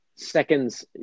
seconds